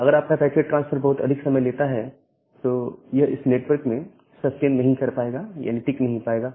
अगर आप का पैकेट ट्रांसफर बहुत अधिक समय लेता है तो यह इस नेटवर्क में ससटेन नहीं कर पाएगा यानी टिक नहीं पाएगा